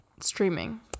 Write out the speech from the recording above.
streaming